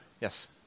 Yes